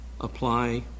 apply